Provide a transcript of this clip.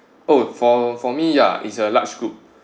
oh for for me ya is a large group